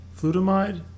flutamide